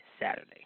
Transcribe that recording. Saturday